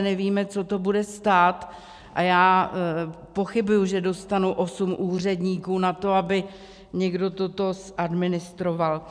Nevíme, co to bude stát, a já pochybuji, že dostanu osm úředníků na to, aby někdo toto zadministroval.